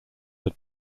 had